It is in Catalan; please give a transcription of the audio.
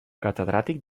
catedràtic